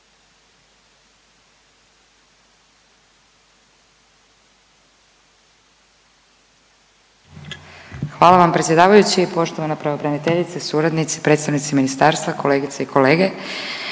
Hvala vam predsjedavajući, poštovana pravobraniteljice, suradnici i predstavnici ministarstva, kolegice i kolege.